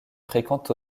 fréquentent